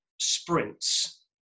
sprints